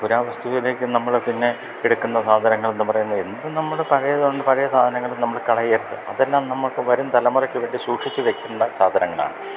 പുരാവസ്തുവിലേക്കു നമ്മള് പിന്നെ എടുക്കുന്ന സാധനങ്ങൾ എന്നു പറയുന്നതെന്തും നമ്മള് പഴയ സാധനങ്ങള് നമ്മള് കളയരുത് അതെല്ലാം നമുക്കു വരുംതലമുറയ്ക്കുവേണ്ടി സൂക്ഷിച്ചുവയ്ക്കേണ്ട സാധനങ്ങളാണ്